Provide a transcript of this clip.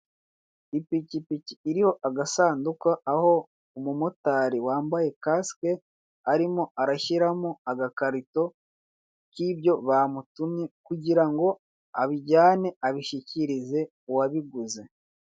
Ipikipiki iriho agasanduku aho umumotari wambaye kasike arimo arashyiramo agakarito k'ibyo bamutumye kugira ngo abijyane abishikirize uwabiguze.